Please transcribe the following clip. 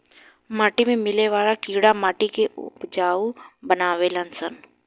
माटी में मिले वाला कीड़ा माटी के उपजाऊ बानावे लन सन